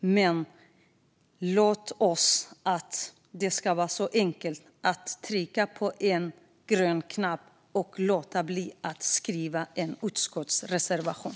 Men låt oss göra det så enkelt som att trycka på en grön knapp och låta bli att skriva en utskottsreservation.